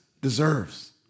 deserves